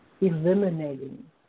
eliminating